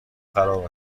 خراب